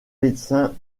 médecin